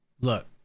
Look